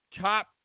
top